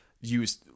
use